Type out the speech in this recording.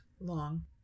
long